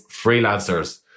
freelancers